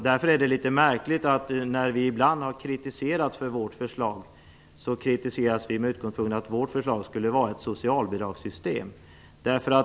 Därför är det litet märkligt att vi ibland har kritiserats för att vårt förslag skulle vara ett socialbidragssystem.